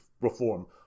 reform